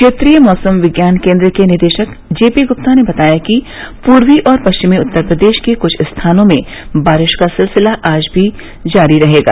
क्षेत्रीय मैसम विज्ञान केन्द्र के निदेशक जेपी गुप्ता ने बताया कि पूर्वी और पश्चिमी उत्तर प्रदेश के क्छ स्थानों में बारिश का सिलसिला आज और जारी रहेगा